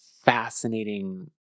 fascinating